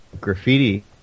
graffiti